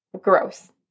Gross